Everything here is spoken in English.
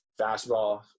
fastball